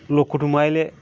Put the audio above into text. লোক কুটুম্ব আসলে